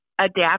adapt